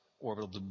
orbital